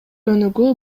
өнүгүү